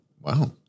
wow